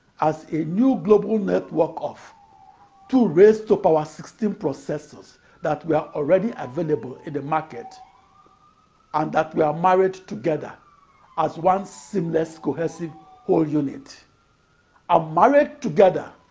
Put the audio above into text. as a new global network of two-raised-to-power sixteen processors that were already available in the market and that were married together as one seamless, cohesive whole unit and ah married together